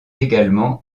également